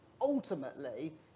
ultimately